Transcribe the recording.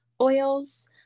oils